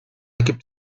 gibt